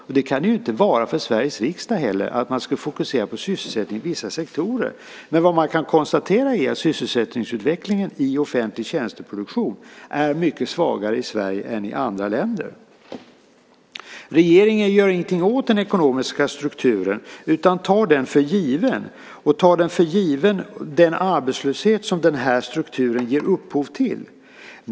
Och det kan det ju inte vara för Sveriges riksdag heller, alltså att man skulle fokusera på sysselsättning i vissa sektorer. Men vad man kan konstatera är att sysselsättningsutvecklingen i offentlig tjänsteproduktion är mycket svagare i Sverige än i andra länder. Regeringen gör ingenting åt den ekonomiska strukturen utan tar den för given, och tar den arbetslöshet för given som denna struktur ger upphov till.